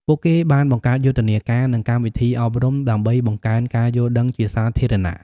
ពួកគេបានបង្កើតយុទ្ធនាការ និងកម្មវិធីអប់រំដើម្បីបង្កើនការយល់ដឹងជាសាធារណៈ។